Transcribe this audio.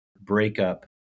breakup